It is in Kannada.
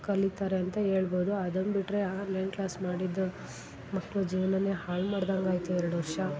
ಕಲಿತಾರೆ ಅಂತ ಹೇಳ್ಬೋದು ಅದನ್ನು ಬಿಟ್ಟರೆ ಆನ್ಲೈನ್ ಕ್ಲಾಸ್ ಮಾಡಿದ್ದು ಮಕ್ಳ ಜೀವನನೇ ಹಾಳು ಮಾಡ್ದಂಗೆ ಆಯಿತು ಎರಡು ವರ್ಷ